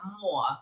more